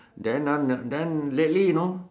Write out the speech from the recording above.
then uh then lately know